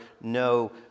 no